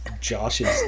Josh's